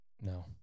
no